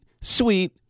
sweet